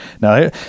Now